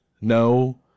No